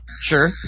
Sure